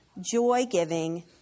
joy-giving